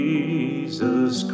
Jesus